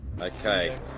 Okay